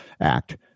Act